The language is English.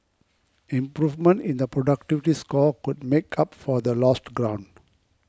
improvement in the productivity score could make up for the lost ground